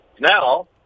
Now